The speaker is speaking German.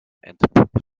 entpuppt